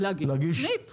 להגיש תוכנית.